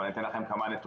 אבל אני אתן כמה נתונים.